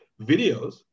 videos